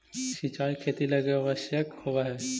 सिंचाई खेती लगी आवश्यक होवऽ हइ